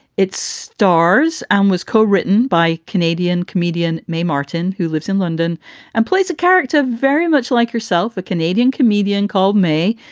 it stars and was co-written by canadian comedian may martin, who lives in london and plays a character very much like herself, a canadian comedian called mae,